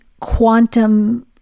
quantum